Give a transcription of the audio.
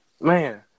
man